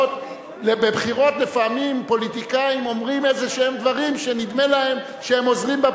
ובבחירות לפעמים פוליטיקאים אומרים איזה דברים שנדמה להם שהם עוזרים,